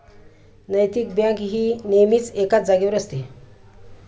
नैतिक बँक ही नेहमीच एकाच जागेवर असते